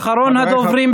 אחרון הדוברים,